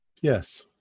yes